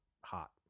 hot